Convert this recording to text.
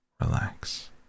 Relax